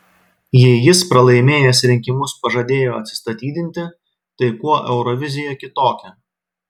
jei jis pralaimėjęs rinkimus pažadėjo atsistatydinti tai kuo eurovizija kitokia